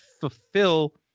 fulfill